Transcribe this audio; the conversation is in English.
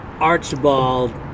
Archibald